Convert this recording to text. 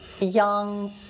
young